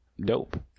dope